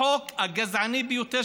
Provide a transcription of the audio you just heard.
החוק הגזעני ביותר,